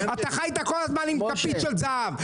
אתה חיית כל הזמן עם כפית של זהב.